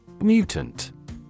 Mutant